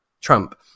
Trump